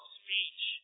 speech